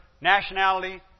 nationality